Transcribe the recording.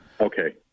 Okay